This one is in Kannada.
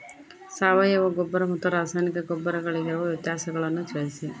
ಸಾವಯವ ಗೊಬ್ಬರ ಮತ್ತು ರಾಸಾಯನಿಕ ಗೊಬ್ಬರಗಳಿಗಿರುವ ವ್ಯತ್ಯಾಸಗಳನ್ನು ತಿಳಿಸಿ?